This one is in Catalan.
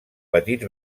petits